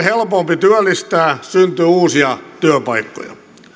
helpompi työllistää syntyy uusia työpaikkoja